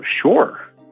sure